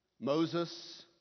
Moses